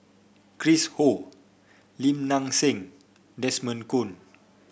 Chris Ho Lim Nang Seng Desmond Kon